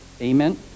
Amen